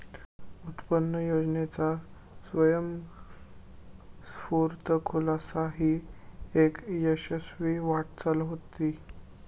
उत्पन्न योजनेचा स्वयंस्फूर्त खुलासा ही एक यशस्वी वाटचाल होती